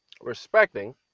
respecting